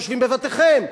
יושבים בבתיכם,